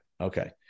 Okay